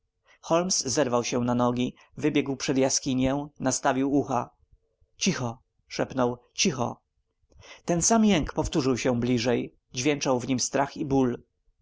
zerwał się na nogi wybiegł przed jaskinię nastawił ucha cicho szepnął cicho ten sam jęk powtórzył się bliżej dźwięczał w nim strach i ból